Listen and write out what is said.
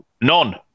none